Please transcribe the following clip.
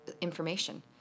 information